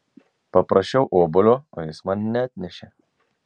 paprašiau obuolio o jis man neatnešė